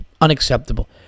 Unacceptable